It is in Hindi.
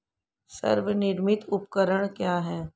स्वनिर्मित उपकरण क्या है?